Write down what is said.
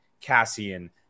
Cassian